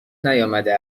نیامده